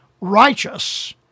righteous